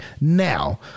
now